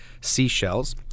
seashells